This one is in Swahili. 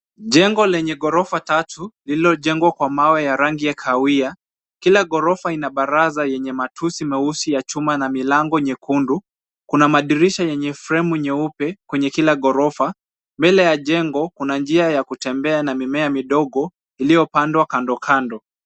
Jengo lenye ghorofa tatu lililojengwa kwa mawe ya rangi ya kahawia. Kila ghorofa ina baraza yenye matusi meusi ya chuma na milango nyekundu. Kuna madirisha yenye fremu nyeupe kwenye kila ghorofa ,mbele ya jengo kuna njia ya kutembea na mimea midogo iliyopandwa kandokando.